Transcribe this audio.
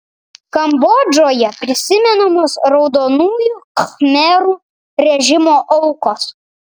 kambodžoje prisimenamos raudonųjų khmerų režimo aukos